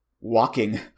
walking